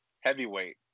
heavyweight